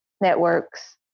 networks